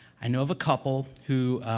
i know of a couple who,